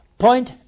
Point